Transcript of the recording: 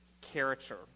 character